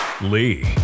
Lee